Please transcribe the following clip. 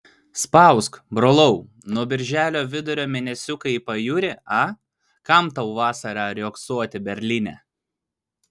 spausk brolau nuo birželio vidurio mėnesiuką į pajūrį a kam tau vasarą riogsoti berlyne